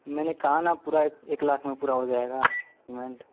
मैंने कहा न पूरा एक लाख मे पूरा हो जाएगा पेमेंट